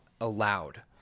allowed